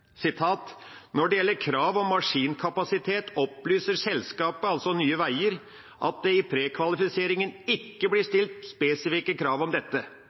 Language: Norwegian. det gjelder krav om maskinkapasitet opplyser selskapet» – altså Nye Veier – «at det i prekvalifiseringen ikke ble stilt spesifikke krav om dette.»